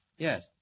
Yes